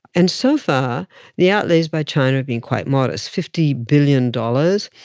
and so far the outlays by china have been quite modest, fifty billion dollars,